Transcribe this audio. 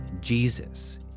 Jesus